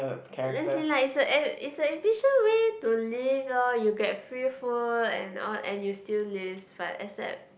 as in like it's a ef~ it's a efficient way to live loh you get free food and all and you still lives but except